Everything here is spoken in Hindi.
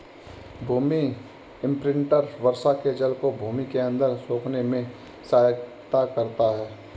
भूमि इम्प्रिन्टर वर्षा के जल को भूमि के अंदर सोखने में सहायता करता है